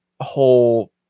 whole